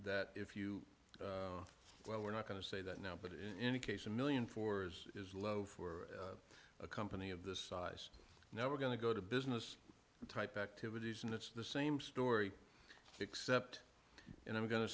that if you well we're not going to say that now but in any case a million four's is low for a company of this size now we're going to go to business type activities and it's the same story except and i'm going to